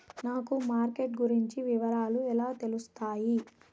నాకు మార్కెట్ గురించి వివరాలు ఎలా తెలుస్తాయి?